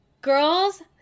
girls